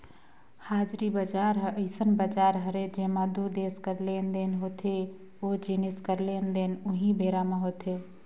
हाजिरी बजार ह अइसन बजार हरय जेंमा दू देस कर लेन देन होथे ओ जिनिस कर लेन देन उहीं बेरा म होथे